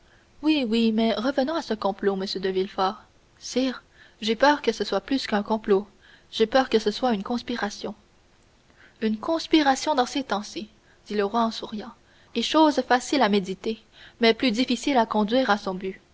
oui oui mais revenons à ce complot monsieur de villefort sire j'ai peur que ce soit plus qu'un complot j'ai peur que ce soit une conspiration une conspiration dans ces temps-ci dit le roi en souriant est chose facile à méditer mais plus difficile à conduire à son but